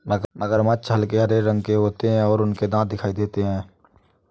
मगरमच्छ हल्के हरे रंग के होते हैं और उनके दांत दिखाई देते हैं